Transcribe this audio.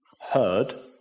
heard